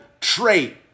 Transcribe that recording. trait